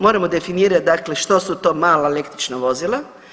Moramo definirati, dakle što su to mala električna vozila.